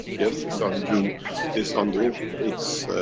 yes, it's on due is ah involved, it's.